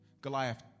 Goliath